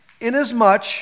Inasmuch